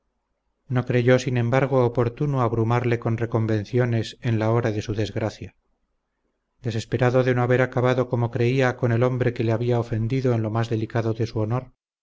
no creyó sin embargo oportuno abrumarle con reconvenciones en la hora de su desgracia desesperado de no haber acabado como creía con el hombre que le había ofendido en lo más delicado de su honor